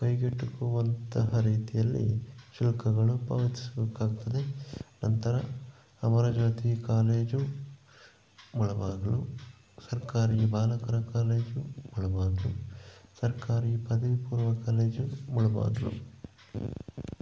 ಕೈಗೆಟಕುವಂತಹ ರೀತಿಯಲ್ಲಿ ಶುಲ್ಕಗಳು ಪಾವತಿಸೋಕಾಗ್ತದೆ ನಂತರ ಅಮರಜ್ಯೋತಿ ಕಾಲೇಜು ಮುಳಬಾಗಿಲು ಸರ್ಕಾರಿ ಬಾಲಕರ ಕಾಲೇಜು ಮುಳಬಾಗಿಲು ಸರ್ಕಾರಿ ಪದವಿ ಪೂರ್ವ ಕಾಲೇಜು ಮುಳಬಾಗಿಲು